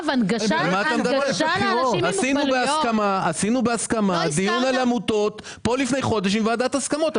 לפני חודש עשינו כאן בהסכמה דיון על עמותות עם ועדת הסכמות.